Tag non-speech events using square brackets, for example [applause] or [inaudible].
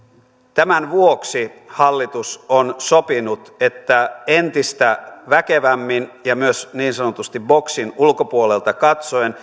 tämän vuoksi hallitus on sopinut että entistä väkevämmin ja myös niin sanotusti boksin ulkopuolelta katsoen [unintelligible]